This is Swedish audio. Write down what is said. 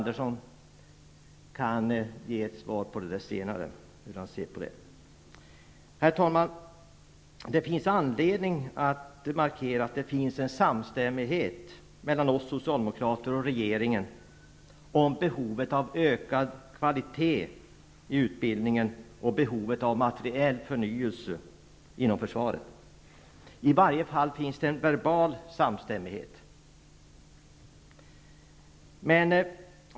Herr talman! Det finns anledning att markera att det finns en samstämmighet mellan oss socialdemokrater och regeringen om behovet av ökad kvalitet i utbildningen och materiell förnyelse inom försvaret. I varje fall finns det en verbal samstämmighet.